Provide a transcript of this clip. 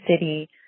city